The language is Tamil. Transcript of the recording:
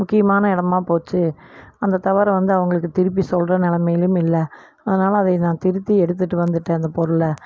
முக்கியமான இடமா போச்சு அந்த தவறை வந்து அவர்களுக்கு திருப்பி சொல்கிற நிலமையிலையும் இல்லை அதனால அதையே நான் திருத்தி எடுத்துகிட்டு வந்துவிட்டேன் அந்த பொருளை